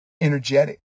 energetic